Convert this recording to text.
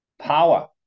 power